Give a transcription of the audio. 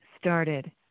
started